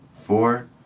Four